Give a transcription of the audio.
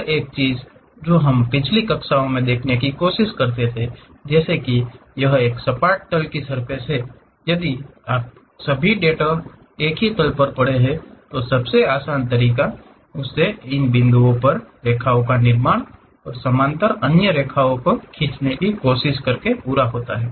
और एक चीज जो हम पिछली कक्षाओं में देखने की कोशिश करते थे जैसे कि यह एक सपाट तल की सर्फ़ेस है यदि आपके सभी डेटा एक ही तलपर पड़े हैं तो सबसे आसान तरीका उस से इन बिंदुओं पर रेखाओं के निर्माण और समानांतर अन्य रेखाओं को खींचने की कोशिश कर के पूरा होता हैं